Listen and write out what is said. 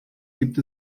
gibt